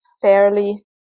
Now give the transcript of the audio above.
fairly